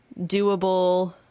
doable